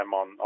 on